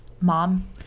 Mom